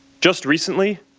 just recently,